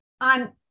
on